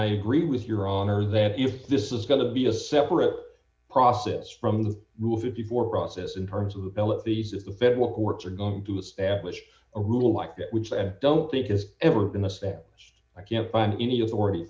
i agree with your owners that if this is going to be a separate process from the rule fifty four process in terms of the bill at the federal courts are going to establish a rule like that which i don't think is ever going to say i can't find any authority